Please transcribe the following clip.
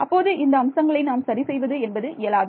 அப்போது இந்த அம்சங்களை நாம் சரிசெய்வது என்பது இயலாது